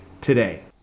today